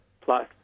plus